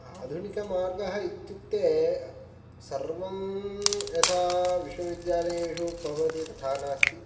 आधुनिकमार्गः इत्युक्ते सर्वं यथा विश्वविद्यालयेषु भवति तथा नास्ति